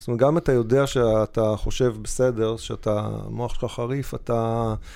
זאת אומרת, גם אתה יודע שאתה חושב בסדר, שמוח שלך חריף, אתה...